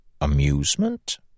amusement